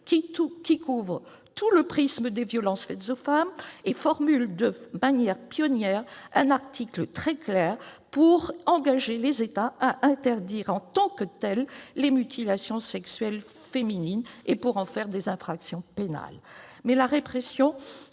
qui couvre tout le prisme des violences faites aux femmes et formule de manière pionnière un article très clair pour engager les États à interdire en tant que telles les mutilations sexuelles féminines et pour en faire des infractions pénales. Cependant, la répression